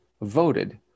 voted